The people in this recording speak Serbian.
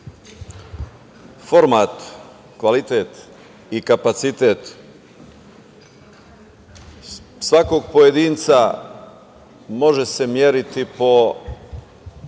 format, kvalitet i kapacitet svakog pojedinca može se meriti po kapacitetu